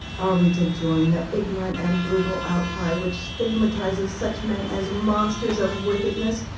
are we to join the ignorant and brutal outcry which stigmatizes such men as monsters of wickedness,